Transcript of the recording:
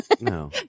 No